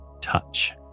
touch